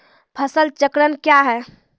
फसल चक्रण कया हैं?